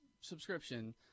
subscription